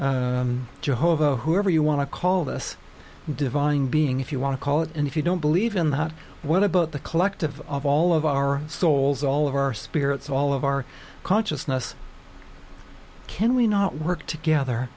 gods jehovah whoever you want to call this divine being if you want to call it and if you don't believe in that what about the collective of all of our souls all of our spirits all of our consciousness can we not work together